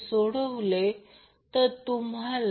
हे वॅट आहे हे प्रत्यक्षात वॅट आहे आणि हे var आहे